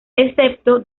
excepto